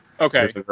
Okay